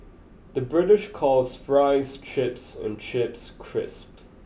the British calls fries chips and chips crisps